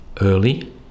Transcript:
early